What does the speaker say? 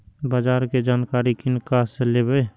बाजार कै जानकारी किनका से लेवे?